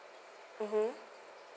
mmhmm